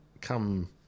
come